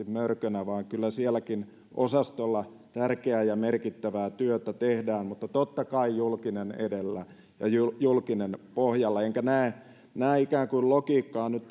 mörkönä vaan kyllä silläkin osastolla tärkeää ja merkittävää työtä tehdään mutta totta kai julkinen edellä ja julkinen pohjalla enkä näe logiikkaa nyt